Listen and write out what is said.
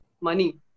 money